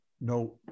no